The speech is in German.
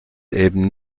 eben